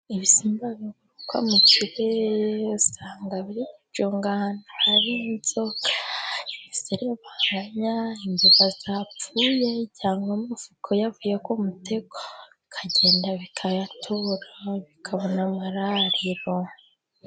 Ibisimba biguruka mu kirere, usanga biri gucunga ahantu hari inzoka, imiserebanya, imbeba zapfuye, cyangwa amafuko yavuye mu mutego, bikagenda bikayatora bikabona amarariro.